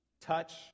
touch